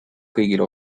kõigile